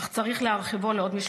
אך צריך להרחיבו לעוד משפחות.